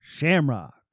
Shamrock